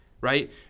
right